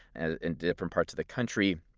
ah in different parts of the country,